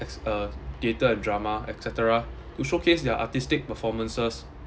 as uh theatre and drama et cetera would showcase their artistic performances